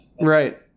Right